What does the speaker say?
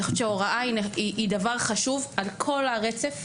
אני חושבת שהוראה היא דבר חשוב על כל הרצף.